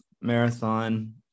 marathon